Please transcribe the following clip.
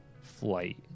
flight